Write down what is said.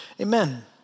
Amen